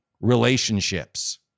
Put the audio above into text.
relationships